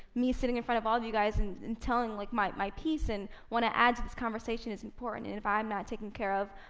me sitting in front of all of you guys and and telling like my piece, and wanna add to this conversation, it's important. and if i'm not care of,